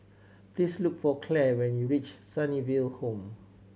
please look for Clair when you reach Sunnyville Home